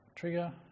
Trigger